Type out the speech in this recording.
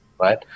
right